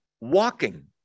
walking